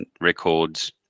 records